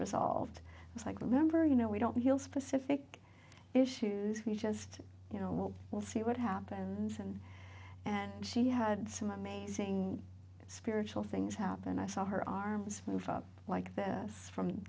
resolved it's like remember you know we don't heal specific issues we just you know we'll see what happens and and she had some amazing spiritual things happen i saw her arms move up like that from